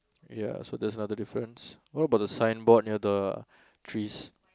ya so that's another difference what about the signboard near the trees